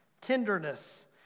Tenderness